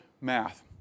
math